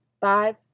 five